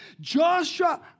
Joshua